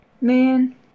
man